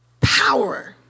power